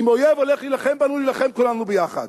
אם אויב הולך להילחם בנו, נילחם כולנו יחד.